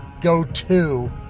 go-to